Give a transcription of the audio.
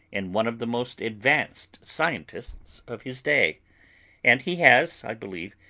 and one of the most advanced scientists of his day and he has, i believe,